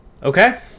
Okay